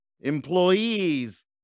employees